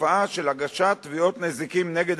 לתופעה של הגשת תביעות נזיקין נגד